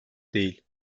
değil